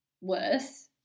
worse